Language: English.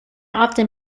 often